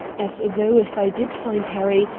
as though, if i did find harry,